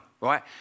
right